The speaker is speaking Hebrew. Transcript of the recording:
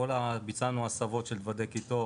ביצענו הסבות של דוודי קיטור,